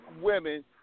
women